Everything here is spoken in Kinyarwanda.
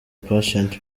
patient